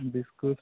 biscuit